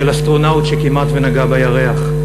של אסטרונאוט שכמעט נגע בירח.